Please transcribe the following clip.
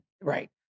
Right